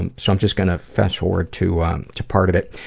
and so i'm just gonna fast forward to um to part of it.